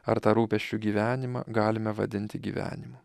ar tą rūpesčių gyvenimą galime vadinti gyvenimu